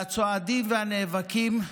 והצועדים והנאבקים,